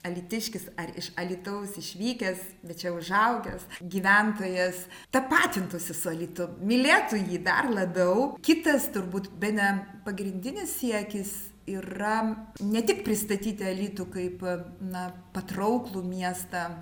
alytiškis ar iš alytaus išvykęs bet čia užaugęs gyventojas tapatintųsi su alytum mylėtų jį dar labiau kitas turbūt bene pagrindinis siekis yra ne tik pristatyti alytų kaip na patrauklų miestą